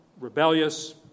rebellious